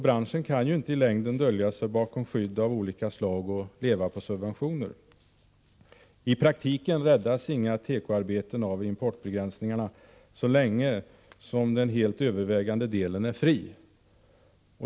Branschen kan inte i längden dölja sig bakom skydd av olika slag och leva på subventioner. I praktiken räddas inga tekoarbeten av importbegränsningarna, så länge som den helt övervägande delen är fri.